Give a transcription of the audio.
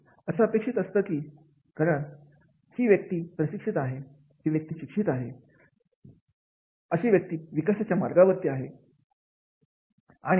असं अपेक्षित असतं कारण की ही व्यक्ती प्रशिक्षित आहे ही व्यक्ती शिक्षित आहे आहे अशी व्यक्ती विकासाच्या मार्गावर ती आहे